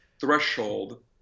threshold